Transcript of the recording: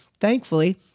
Thankfully